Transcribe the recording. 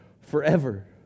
forever